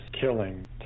killing